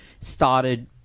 started